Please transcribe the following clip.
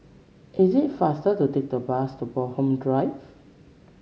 is it faster to take the bus to Bloxhome Drive